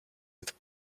with